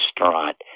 restaurant